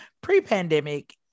pre-pandemic